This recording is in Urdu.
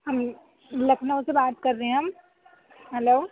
ہم لکھنؤ سے بات کر رہے ہیں ہم ہلو